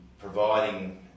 providing